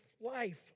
life